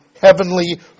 heavenly